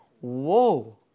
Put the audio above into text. Whoa